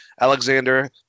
Alexander